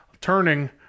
turning